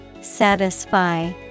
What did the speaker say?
Satisfy